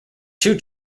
two